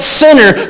sinner